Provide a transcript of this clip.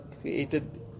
created